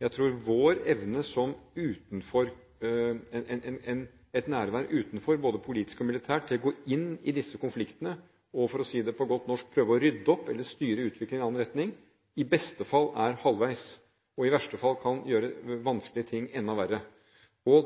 Jeg tror vår evne ut fra et nærvær utenfor, både politisk og militært, til å gå inn i disse konfliktene og – for å si det på godt norsk – prøve å rydde opp eller styre utviklingen i en annen retning i beste fall vil være halvveis, og i verste fall kan gjøre vanskelige ting enda verre.